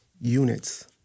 units